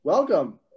welcome